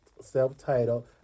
self-titled